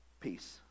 Peace